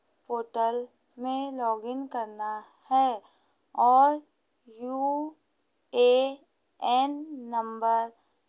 portal में login करना है और यू ए एन नंबर